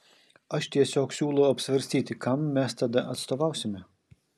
aš tiesiog siūlau apsvarstyti kam mes tada atstovausime